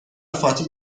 فاطی